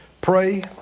pray